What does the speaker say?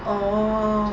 orh